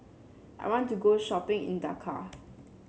I want to go shopping in Dakar